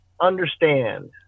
understand